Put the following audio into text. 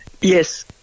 Yes